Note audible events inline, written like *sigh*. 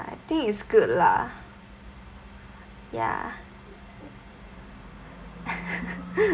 I think it's good lah ya *laughs*